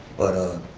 but